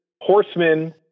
horsemen